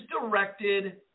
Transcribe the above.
directed